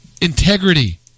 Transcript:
integrity